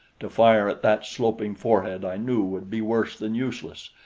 to fire at that sloping forehead i knew would be worse than useless,